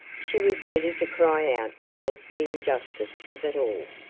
she was ready to cry out against the injustice of it all.